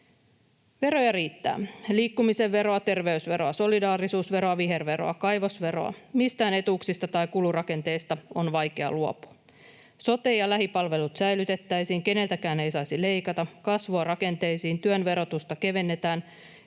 Veroja riittää: liikkumisen veroa, terveysveroa, solidaarisuusveroa, viherveroa, kaivosveroa. Mistään etuuksista tai kulurakenteista on vaikea luopua. Sote ja lähipalvelut säilytettäisiin, keneltäkään ei saisi leikata, kasvua rakenteisiin, työn verotusta kevennetään